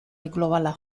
globala